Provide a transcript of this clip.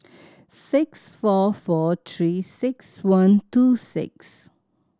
six four four Three Six One two six